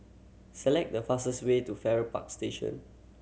select the fastest way to Farrer Park Station